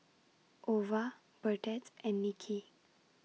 Ova Burdette and Nicki